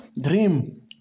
dream